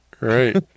right